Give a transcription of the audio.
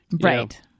Right